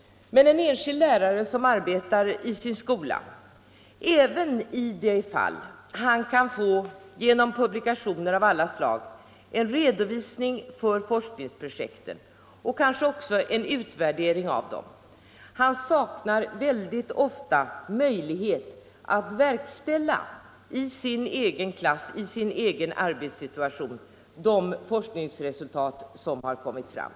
Men en enskild lärare som arbetar i sin skola — även i de fall då han genom publikationer av olika slag kan få en redovisning för forskningsprojekten och kanske också en utvärdering av dem — saknar ofta möjlighet att i sin egen klass, i sin egen arbetssituation, tillämpa de forskningsresultat som har kommit fram.